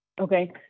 Okay